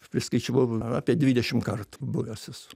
priskaičiavau apie dvidešimt kartų buvęs esu